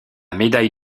médaille